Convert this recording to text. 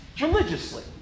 religiously